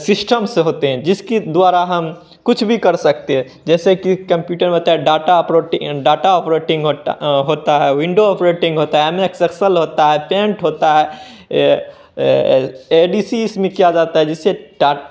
systems होते हैं जिसके द्वारा हम कुछ भी कर सकते है जैसे कि केम्प्यूटर में होता है डाटा अपलोट डाटा ऑपरेटिंग होटा होता है विंडो ऑपरेटिंग होता है एम एस एक्सेल होता है पेंट होता है ए डी सी इसमें किया है जिससे टा